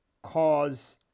cause